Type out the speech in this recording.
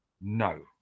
No